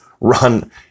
run